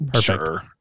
Sure